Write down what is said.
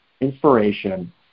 inspiration